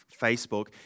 Facebook